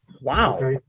Wow